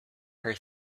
her